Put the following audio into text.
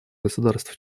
государств